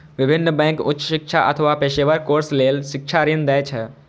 विभिन्न बैंक उच्च शिक्षा अथवा पेशेवर कोर्स लेल शिक्षा ऋण दै छै